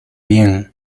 bien